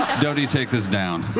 doty, take this down.